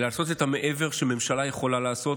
אלא לעשות מעבר למה שממשלה יכולה לעשות.